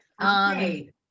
Okay